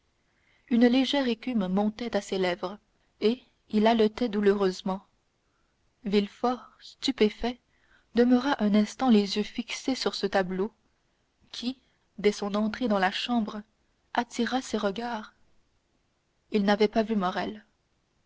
une légère écume montait à ses lèvres et il haletait douloureusement villefort stupéfait demeura un instant les yeux fixés sur ce tableau qui dès son entrée dans la chambre attira ses regards il n'avait pas vu morrel